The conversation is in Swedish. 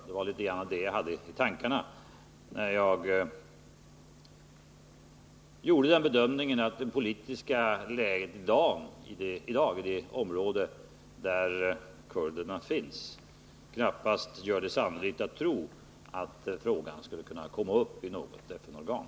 Det var i viss mån det som jag hade i tankarna när jag gjorde den bedömningen att det politiska läget i dag i det område där kurderna finns knappast gör det sannolikt att frågan skulle kunna komma upp i något FN-organ.